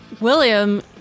William